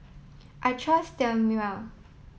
I trust Sterimar